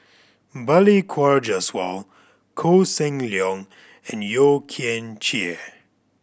Balli Kaur Jaswal Koh Seng Leong and Yeo Kian Chye